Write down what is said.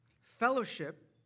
fellowship